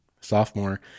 sophomore